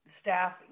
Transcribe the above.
staff